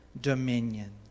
dominion